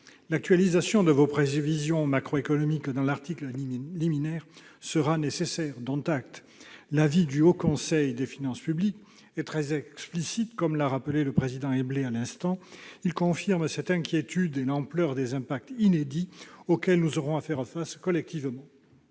L'actualisation de vos prévisions macroéconomiques de l'article liminaire sera nécessaire, dont acte. L'avis du Haut Conseil des finances publiques est très explicite, comme l'a rappelé le président Éblé. Il confirme cette inquiétude et l'ampleur des impacts inédits auxquels nous aurons à faire face collectivement.